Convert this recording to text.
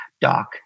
doc